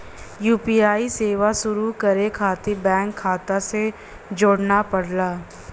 UPI सेवा शुरू करे खातिर बैंक खाता से जोड़ना पड़ला